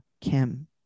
Kim